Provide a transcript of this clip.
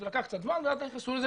זה לקח קצת זמן ואז נכנסו לזה.